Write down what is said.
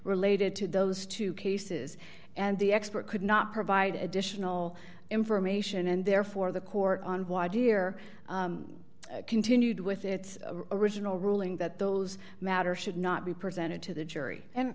related to those two cases and the expert could not provide additional information and therefore the court on why deer continued with its original ruling that those matter should not be presented to the jury and